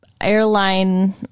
airline